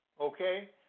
Okay